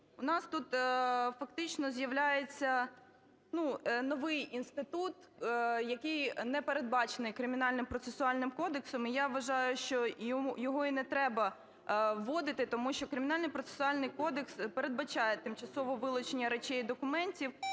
У нас тут фактично з'являється новий інститут, який не передбачений Кримінальним процесуальним кодексом, і я вважаю, що його і не треба вводити, тому що Кримінальний процесуальний кодекс передбачає тимчасове вилучення речей і документів,